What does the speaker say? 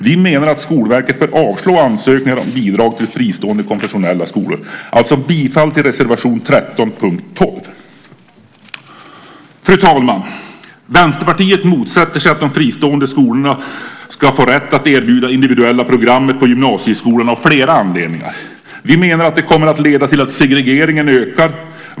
Vi menar att Skolverket bör avslå ansökningar om bidrag till fristående konfessionella skolor. Bifall till reservation 13 under punkt 12! Fru talman! Vänsterpartiet motsätter sig att de fristående skolorna ska få rätt att erbjuda individuella programmet på gymnasieskolan av flera anledningar. Vi menar att det kommer att leda till att segregeringen ökar.